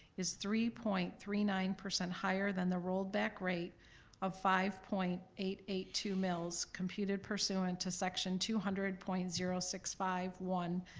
is three point three nine higher than the rolled-back rate of five point eight eight two mills computed pursuant to section two hundred point zero six five one